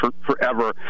forever